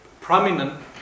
prominent